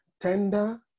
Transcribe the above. tender